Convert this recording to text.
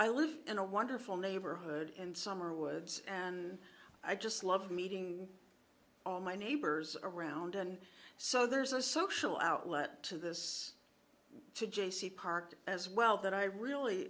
i live in a wonderful neighborhood and some are woods and i just love meeting all my neighbors around and so there's a social outlet to this to jaycee park as well that i really